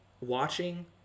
watching